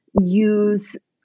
use